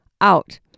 out